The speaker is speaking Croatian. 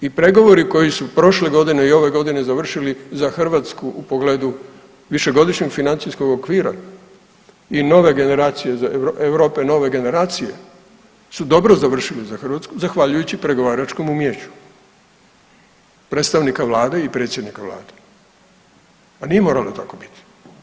I pregovori koji su prošle godine i ove godine završili za Hrvatsku u pogledu višegodišnjeg financijskog okvira i Nove generacije, Europe nove generacije su dobro završili za Hrvatsku zahvaljujući pregovaračkom umijeću predstavnika vlade i predsjednika vlade, a nije moralo tako biti.